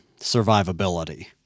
survivability